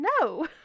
no